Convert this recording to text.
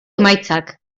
emaitzak